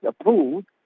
approved